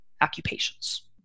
occupations